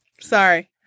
sorry